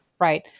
right